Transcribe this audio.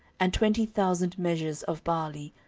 and twenty thousand measures of barley,